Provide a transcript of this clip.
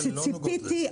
העוולות האלה לא נוגעות לזה.